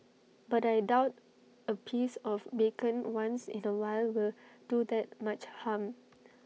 but I doubt A piece of bacon once in A while will do that much harm